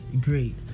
Great